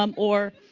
um or,